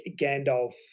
Gandalf